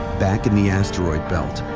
back in the asteroid belt,